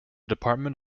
department